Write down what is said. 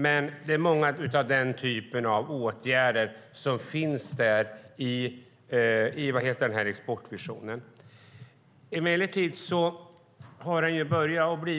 Men det är många mål av den typen i exportvisionen. Emellertid är exportvisionen